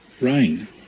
rain